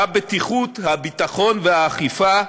הבטיחות, הביטחון והאכיפה,